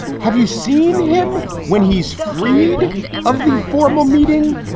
have you seen him when he's freed of the formal meeting?